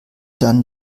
dann